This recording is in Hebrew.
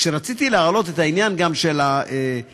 כשרציתי להעלות את העניין של המבצעים